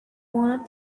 wanna